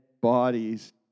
bodies